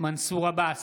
מנסור עבאס,